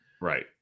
Right